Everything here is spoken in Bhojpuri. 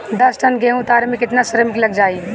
दस टन गेहूं उतारे में केतना श्रमिक लग जाई?